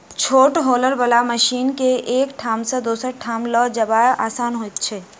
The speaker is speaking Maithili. छोट हौलर बला मशीन के एक ठाम सॅ दोसर ठाम ल जायब आसान होइत छै